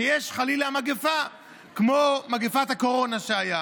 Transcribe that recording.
כשיש חלילה מגפה כמו מגפת הקורונה שהייתה,